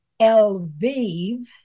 Elvive